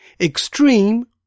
Extreme